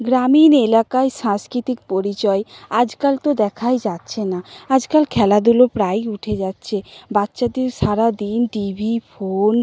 গ্রামীণ এলাকায় সাংস্কৃতিক পরিচয় আজকাল তো দেখাই যাচ্ছে না আজকাল খেলাধুলো প্রায় উঠে যাচ্ছে বাচ্চাদের সারা দিন টিভি ফোন